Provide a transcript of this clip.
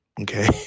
okay